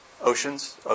Oceans